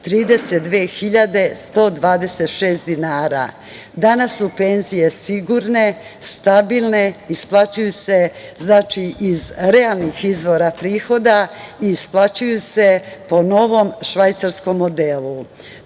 32.126 dinara. Danas su penzije sigurne, stabilne, isplaćuju se iz realnih izvora prihoda i isplaćuju se po novom švajcarskom modelu. Takođe,